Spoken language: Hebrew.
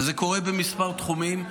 וזה קורה בכמה תחומים.